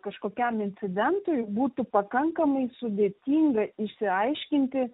kažkokiam incidentui būtų pakankamai sudėtinga išsiaiškinti